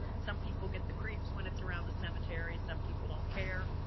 some people get the creeps when it's around the cemetery. some people don't care,